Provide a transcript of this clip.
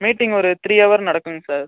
meeting ஒரு three hour நடக்கும்ங்க sir